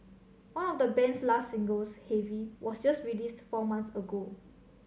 one of the band's last singles Heavy was just released four months ago